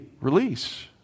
release